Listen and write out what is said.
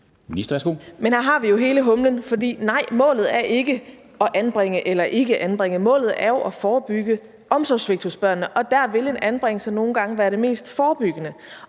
Men der har vi jo hele humlen, for nej, målet er ikke at anbringe eller ikke anbringe. Målet er jo at forebygge omsorgssvigt hos børnene, og der vil en anbringelse nogle gange være det mest forebyggende.